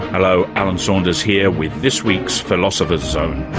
hello, alan saunders here with this week's philosopher's zone.